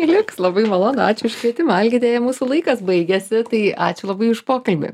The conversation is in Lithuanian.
liuks labai malonu ačiū už kvietimą algi deja mūsų laikas baigėsi tai ačiū labai už pokalbį